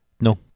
No